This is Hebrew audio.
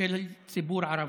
של הציבור הערבי.